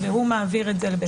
והוא מעביר את זה לבית המשפט.